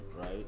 right